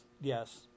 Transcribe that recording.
yes